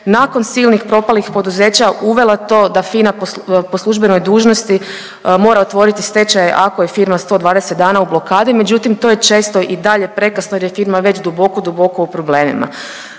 nakon silnih propalih poduzeća uvela to da FINA po službenoj dužnosti mora otvoriti stečaj ako je firma 120 dana u blokadi, međutim, to je često i dalje prekasno jer je firma već duboko, duboko u problemima.